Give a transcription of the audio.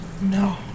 No